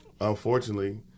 unfortunately